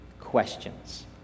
questions